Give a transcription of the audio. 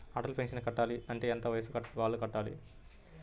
Atal pension కట్టాలి అంటే ఎంత వయసు వాళ్ళు కట్టాలి?